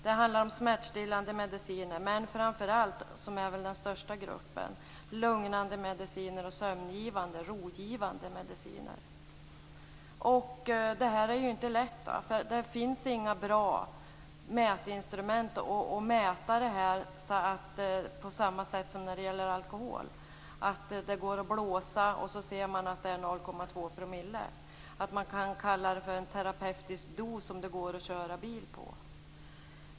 Det handlar om smärtstillande mediciner, men framför allt om lugnande mediciner och sömn och rogivande mediciner. Det är väl den största gruppen. Det är inte lätt. Det finns inga bra mätinstrument. Man kan inte mäta på samma sätt som man kan mäta alkohol. När det gäller alkohol går det att blåsa, och då ser man att det är 0,2 %. Man kan kalla det för en terapeutisk dos som det går att köra bil på.